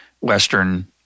Western